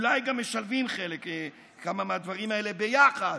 ואולי חלק גם משלבים כמה מהדברים האלה ביחד.